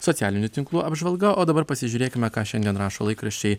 socialinių tinklų apžvalga o dabar pasižiūrėkime ką šiandien rašo laikraščiai